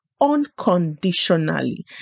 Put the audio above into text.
unconditionally